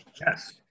Yes